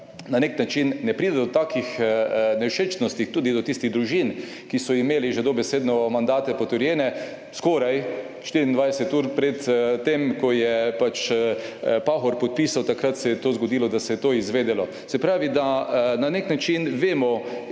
na nek način ne pride do takih nevšečnosti tudi do tistih družin, ki so imeli že dobesedno mandate potrjene skoraj 24 ur pred tem, ko je pač Pahor podpisal, takrat se je to zgodilo, da se je to izvedelo. Se pravi, da na nek način vemo